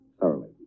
thoroughly